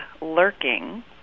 lurking